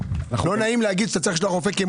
לא נעים לומר שאתה צריך לשלוח רופא כי הם